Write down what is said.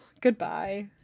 Goodbye